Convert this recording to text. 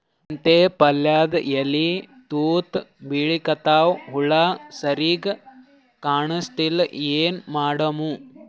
ಮೆಂತೆ ಪಲ್ಯಾದ ಎಲಿ ಎಲ್ಲಾ ತೂತ ಬಿಳಿಕತ್ತಾವ, ಹುಳ ಸರಿಗ ಕಾಣಸ್ತಿಲ್ಲ, ಏನ ಮಾಡಮು?